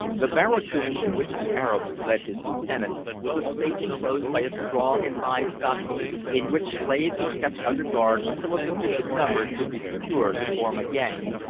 the barracoon, to which the arab led his lieutenant, was a space enclosed by a strong and high stockade, in which slaves were kept under guard until a sufficient number should be secured to form a gang,